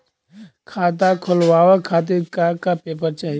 खाता खोलवाव खातिर का का पेपर चाही?